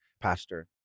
Pastor